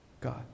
God